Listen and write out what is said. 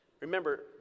Remember